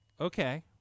okay